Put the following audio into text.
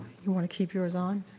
you wanna keep yours on?